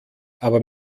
aber